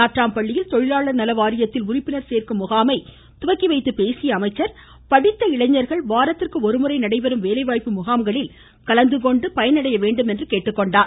நாட்றம்பள்ளியில் தொழிலாளர் நல வாரியத்தில் உறுப்பினர் சேர்க்கும் முகாமை துவக்கிவைத்து பேசிய அமைச்சர் படித்த இளைஞர்கள் வாரத்திற்கு ஒருமுறை நடைபெறும் வேலைவாய்ப்பு முகாம்களில் கலந்துகொண்டு பயனடைய வேண்டும் என்றார்